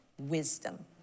wisdom